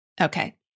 Okay